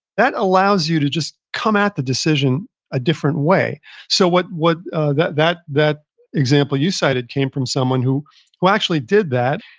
that allows you to just come at the decision a different way so what what that that example you cited came from someone who who actually did that.